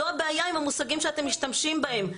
זו הבעיה עם המושגים שאתם משתמשים בהם.